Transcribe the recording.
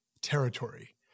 territory